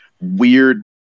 weird